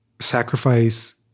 sacrifice